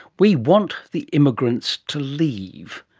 we want the immigrants to leave.